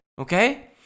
Okay